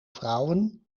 vrouwen